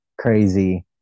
crazy